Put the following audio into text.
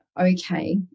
Okay